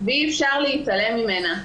ואי אפשר להתעלם ממנה.